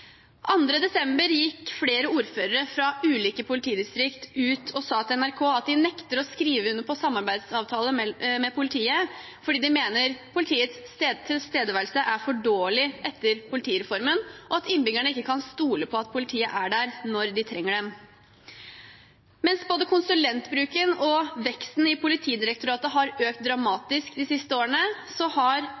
desember gikk flere ordførere fra ulike politidistrikter ut og sa til NRK at de nektet å skrive under på samarbeidsavtaler med politiet, fordi de mente politiets tilstedeværelse er for dårlig etter politireformen, og at innbyggerne ikke kan stole på at politiet er der når de trenger dem. Mens både konsulentbruken og veksten i Politidirektoratet har økt dramatisk de siste årene, har